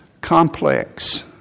complex